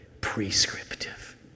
prescriptive